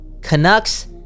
Canucks